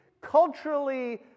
culturally